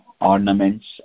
ornaments